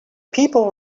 people